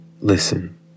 listen